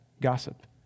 gossip